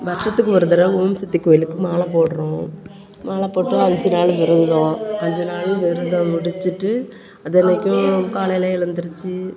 வருடத்துக்கு ஒரு தடவை ஓம் சக்தி கோவிலுக்கு மாலை போடுறோம் மாலை போட்டு அஞ்சு நாள் விரதம் அஞ்சு நாளும் விரதம் முடிச்சிட்டு தினைக்கும் காலையில் எழுந்திரிச்சி